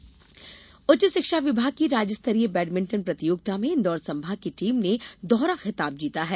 badminton उच्च शिक्षा विभाग की राज्य स्तरीय बैडमिंटन प्रतियोगिता में इन्दौर संभाग की टीम ने दोहरा खिताब जीता है